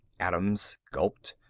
adams gulped.